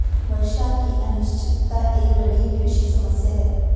वर्षा की अनिश्चितता एक बड़ी कृषि समस्या है